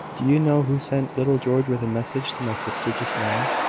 do you know who sent little george with a message to my sister just now?